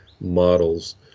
models